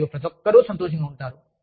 మరియు ప్రతి ఒక్కరూ సంతోషంగా ఉంటారు